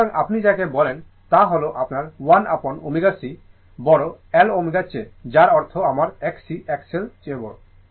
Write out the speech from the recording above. সুতরাং আপনি যাকে বলেন তা হল আপনার 1 অ্যাপন ω c বড় L ω চেয়ে যার অর্থ আমার Xc XL চেয়ে বড়